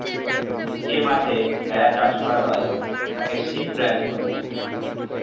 যে মাঠে ভেড়া চাষ করা হয় তাকে শিপ রাঞ্চ বলে